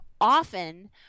often